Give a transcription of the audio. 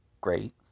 great